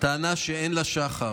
טענה שאין לה שחר,